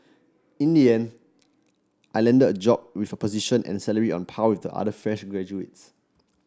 in the end I landed the job and with position and salary on par with the other fresh graduates